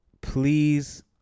Please